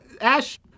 Ash